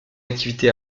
activité